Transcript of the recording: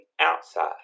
outside